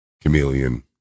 chameleon